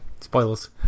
spoilers